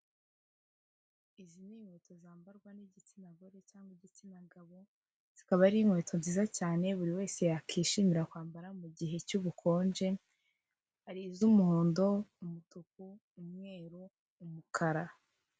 Izi ni inkweto zambarwa n'igitsina gore cyangwa igitsina gabo, zikaba ari inkweto nziza cyane buri wese yakwishimira kwambara mu mugihe cy'ubukonje, zikaba ari: iz'umuhondo, umutuku, umweru n'umukara.